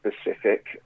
specific